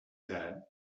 that